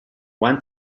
one